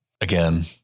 Again